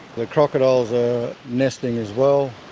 the crocodiles are nesting as well.